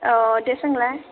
अ दे सोंलाय